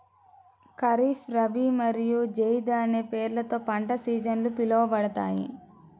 ఖరీఫ్, రబీ మరియు జైద్ అనే పేర్లతో పంట సీజన్లు పిలవబడతాయి